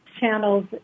channels